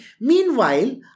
Meanwhile